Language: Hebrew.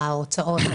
ההוצאות.